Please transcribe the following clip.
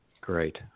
Great